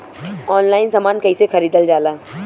Online समान कैसे खरीदल जाला?